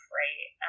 right